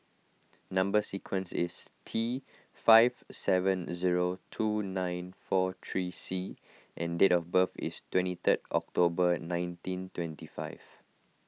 Number Sequence is T five seven zero two nine four three C and date of birth is twenty third October nineteen twenty five